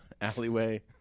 Alleyway